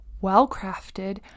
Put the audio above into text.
well-crafted